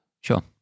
Sure